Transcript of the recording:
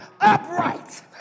upright